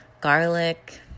garlic